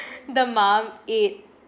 the mum ate